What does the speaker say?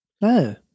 No